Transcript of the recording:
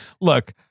Look